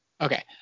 okay